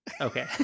okay